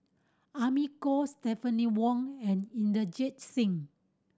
Amy Khor Stephanie Wong and Inderjit Singh